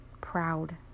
proud